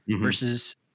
versus